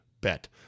bet